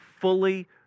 fully